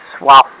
Wow